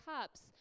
cups